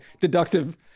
deductive